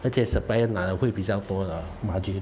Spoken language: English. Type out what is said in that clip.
而且 supplier 拿的会比较多 lah margin